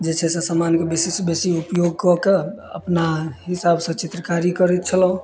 जे छै से समानके बेसी सँ बेसी उपयोग कऽ कऽ अपना हिसाब सऽ चित्रकारी करैत छलहुॅं